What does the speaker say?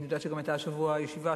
אני יודעת שגם היתה השבוע ישיבה,